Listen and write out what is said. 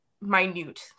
minute